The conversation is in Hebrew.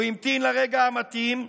הוא המתין לרגע המתאים,